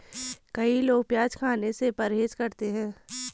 कई लोग प्याज खाने से परहेज करते है